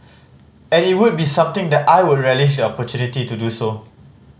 and it would be something that I would relish the opportunity to do so